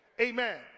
Amen